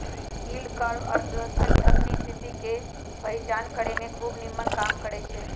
yield curve अर्थव्यवस्था के अखनी स्थिति के पहीचान करेमें खूब निम्मन काम करै छै